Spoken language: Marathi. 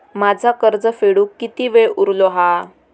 माझा कर्ज फेडुक किती वेळ उरलो हा?